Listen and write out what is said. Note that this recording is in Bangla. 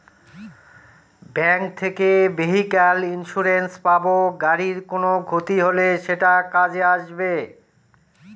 ব্যাঙ্ক থেকে ভেহিক্যাল ইন্সুরেন্স পাব গাড়ির কোনো ক্ষতি হলে সেটা কাজে আসবে